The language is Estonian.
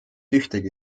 ühtegi